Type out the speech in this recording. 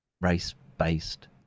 race-based